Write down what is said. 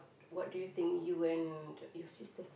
what do you think you and your sister